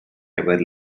ever